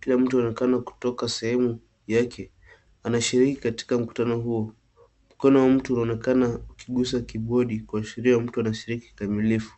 Kila mtu anaonekana kutoka sehemu yake. Anashiriki katika mkutano huo. Mkono wa mtu unaonekana ukigusa kibodi kuashiria mtu anashiriki kikamilifu.